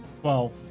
Twelve